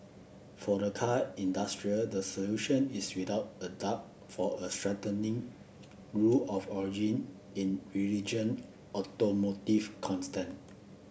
for the car industry the solution is without a doubt for a threatening rule of origin in religion automotive constant